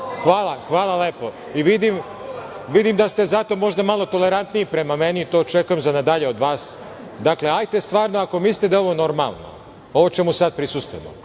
ali ovo što…Vidim da ste zato možda malo tolerantniji prema meni. To očekujem za na dalje od vas. Dakle, ajte stvarno ako mislite da je ovo normalno ovo čemu sad prisustvujemo,